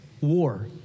war